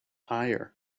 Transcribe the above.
higher